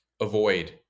avoid